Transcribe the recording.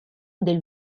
del